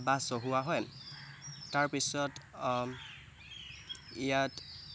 বা চহোৱা হয় তাৰপিছত ইয়াত